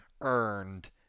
earned